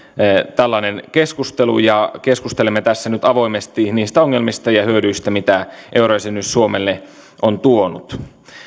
tällainen keskustelu ja keskustelemme tässä nyt avoimesti niistä ongelmista ja hyödyistä mitä eurojäsenyys suomelle on tuonut